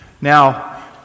Now